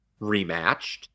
rematched